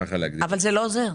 אבל זה לא עוזר.